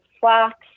flax